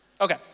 Okay